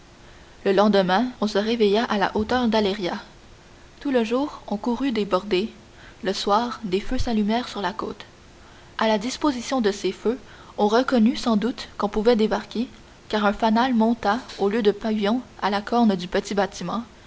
le lendemain on se réveilla à la hauteur d'aleria tout le jour on courut des bordées le soir des feux s'allumèrent sur la côte à la disposition de ces feux on reconnut sans doute qu'on pouvait débarquer car un fanal monta au lieu de pavillon à la corne du petit bâtiment